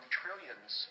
trillions